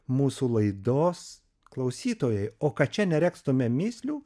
mūsų laidos klausytojai o kad čia neregztume mįslių